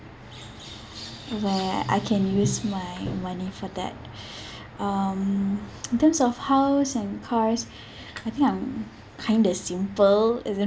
where I can use my money for that um in terms of house and cars I think I'm kind of simple as in